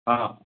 ହଁ